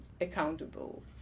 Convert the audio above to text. accountable